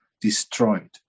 destroyed